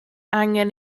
angen